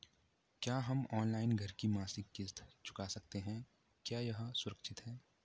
क्या हम ऑनलाइन घर की मासिक किश्त चुका सकते हैं क्या यह सुरक्षित है?